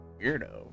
Weirdo